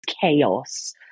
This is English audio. chaos